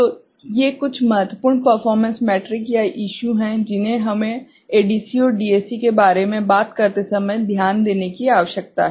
तो ये कुछ महत्वपूर्ण परफ़ोर्मेंस मेट्रिक्स या इशू हैं जिन्हें हमें एडीसी और डीएसी के बारे में बात करते समय ध्यान देने की आवश्यकता है